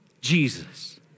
Jesus